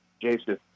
jason